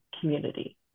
community